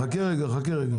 חכה רגע.